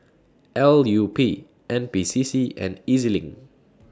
L U P N P C C and Ez LINK